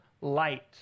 light